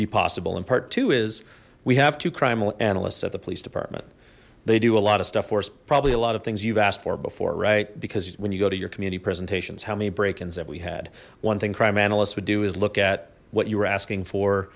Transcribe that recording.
be possible in part two is we have two crime analysts at the police department they do a lot of stuff for us probably a lot of things you've asked for before right because when you go to your community presentations how many break ins have we had one thing crime analysts would do is look at what you were asking for